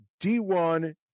D1